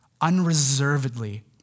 Unreservedly